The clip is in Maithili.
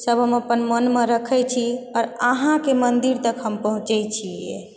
सभ हम अपन मोनमे रखै छी आओर अहाँके मन्दिर तक हम पहुँचै छी